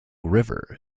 river